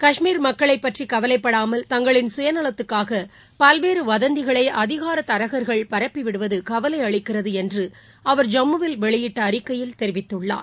கஷ்மீர் மக்களைபற்றிகவலைப்படாமல் தங்களின் சுயநலத்துக்காகபல்வேறுவதந்திகளை அதிகாரதரகர்கள் பரப்பிவிடுவதுகவலையளிக்கிறதுஎன்றுஅவர் ஜம்மு வில் வெளியிட்டஅறிக்கையில் தெரிவித்துள்ளார்